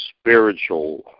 spiritual